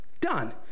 done